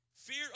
Fear